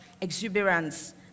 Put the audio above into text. exuberance